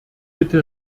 bitte